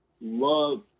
love